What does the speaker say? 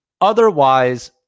otherwise